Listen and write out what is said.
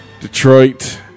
Detroit